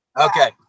Okay